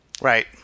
Right